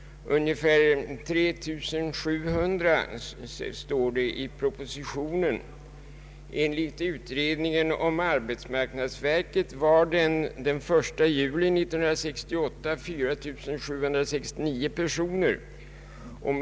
I propositionen anges att den är ungefär 3 700; enligt utredningen om arbetsmarknadsverket var personalstyrkan 4769 personer den 1 juli 1968.